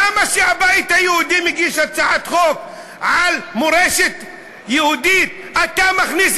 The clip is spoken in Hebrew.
אז למה כשהבית היהודי מגיש הצעת חוק על מורשת יהודית אתה מכניס